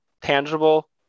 tangible